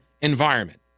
environment